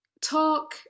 talk